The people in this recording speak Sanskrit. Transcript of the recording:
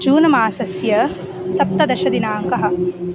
जून्मासस्य सप्तदशदिनाङ्कः